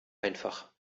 einfach